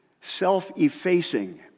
self-effacing